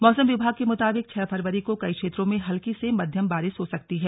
मौसम विभाग के मुताबिक छह फरवरी को कई क्षेत्रों में हल्की से मध्यम बारिश हो सकती है